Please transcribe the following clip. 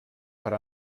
per